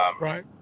Right